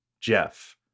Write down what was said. Jeff